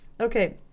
Okay